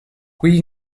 qui